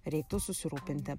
reiktų susirūpinti